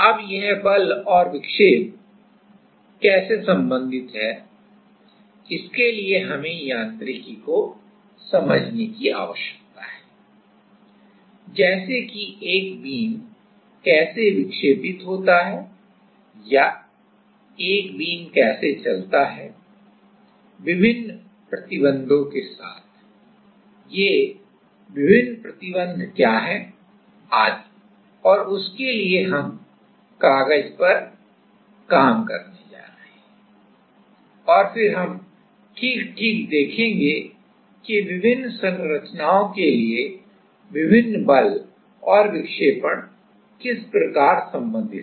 अब यह बल और विक्षेप कैसे संबंधित हैं इसके लिए हमें यांत्रिकी को समझने की आवश्यकता है जैसे कि एक बीम कैसे विक्षेपित होता है या एक बीम कैसे चलता है विभिन्न प्रतिबंध क्या हैं आदि और उसके लिए हम कागज पर काम करने जा रहे हैं और फिर हम ठीक ठीक देखेंगे कि विभिन्न संरचनाओं के लिए विभिन्न बल और विक्षेपण किस प्रकार संबंधित हैं